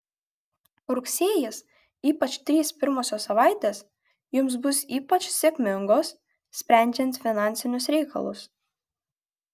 rugsėjis ypač trys pirmosios savaitės jums bus ypač sėkmingos sprendžiant finansinius reikalus